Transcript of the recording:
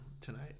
tonight